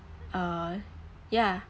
uh yeah